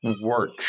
work